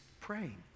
praying